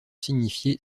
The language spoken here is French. signifier